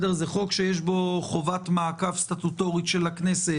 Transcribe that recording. זה חוק שיש בו חובת מעקב סטטוטורית של הכנסת,